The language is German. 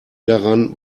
daran